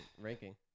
ranking